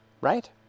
right